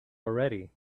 already